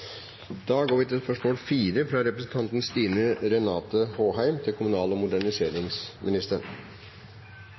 Da går vi til spørsmål 24. Dette spørsmålet, fra representanten Per Rune Henriksen til ministeren for samordning av EØS-saker og